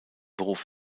beruf